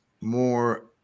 more